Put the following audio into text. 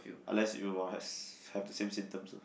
unless you are have have the same symptoms